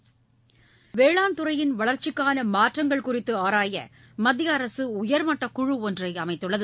இந்தியாவின் வேளாண் துறையின் வளர்ச்சிக்கான மாற்றங்கள் குறித்து ஆராய மத்திய அரசு உயர்மட்டக் குழு ஒன்றை அமைத்துள்ளது